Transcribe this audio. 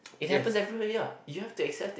it happens everywhere ya you have to accept it